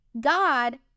God